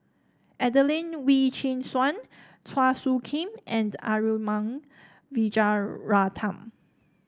Adelene Wee Chin Suan Chua Soo Khim and Arumugam Vijiaratnam